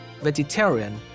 vegetarian